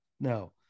no